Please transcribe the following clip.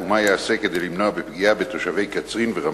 2. מה ייעשה כדי למנוע פגיעה בתושבי קצרין ורמת-הגולן?